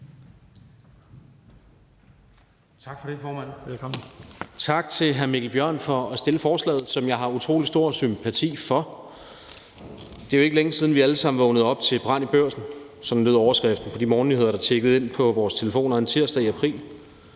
Tak for det, formand. Tak til hr. Mikkel Bjørn for at fremsætte forslaget, som jeg har utrolig stor sympati for. Det er jo ikke længe siden, vi alle sammen vågnede op til brand i Børsen. Sådan lød overskriften på de morgennyheder, der tikkede ind på vores telefoner en tirsdag i april.